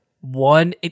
one